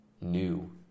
new